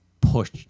push